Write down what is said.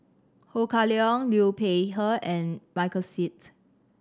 Ho Kah Leong Liu Peihe and Michael Seet